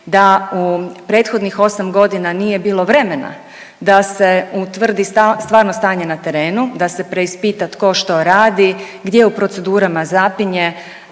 da u prethodnih 8 godina nije bilo vremena, da se utvrdi stvarno stanje na terenu, da se preispita tko što radi, gdje u procedurama zapinje,